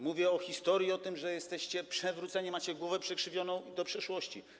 Mówię o historii, o tym, że jesteście przewróceni, macie głowę przekrzywioną w kierunku przeszłości.